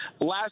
Last